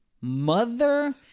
Mother